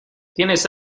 tienes